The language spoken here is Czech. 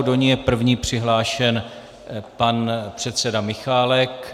Do ní je první přihlášen pan předseda Michálek.